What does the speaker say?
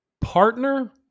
partner